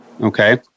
Okay